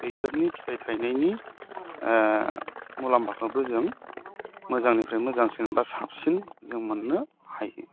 बैसोरनि फिथाइ थाइनायनि मुलाम्फाखौबो जों मोजांनिफ्राय मोजांसिन बा साबसिन जों मोननो हायो